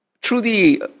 truly